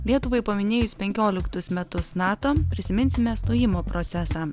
lietuvai paminėjus penkioliktus metus nato prisiminsime stojimo procesą